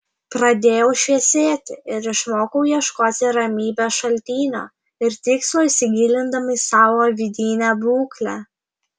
pradėjau šviesėti ir išmokau ieškoti ramybės šaltinio ir tikslo įsigilindama į savo vidinę būklę